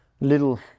little